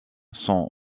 sont